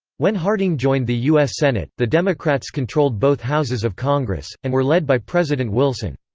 when harding joined the u s. senate, the democrats controlled both houses of congress, and were led by president wilson.